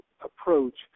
approach